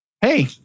Hey